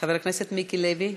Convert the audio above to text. חבר הכנסת מיקי לוי,